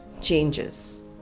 changes